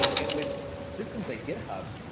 and with systems like github,